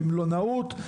במלונאות,